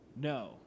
No